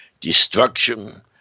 Destruction